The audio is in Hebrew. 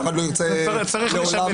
נכון, אין את זה לכתחילה.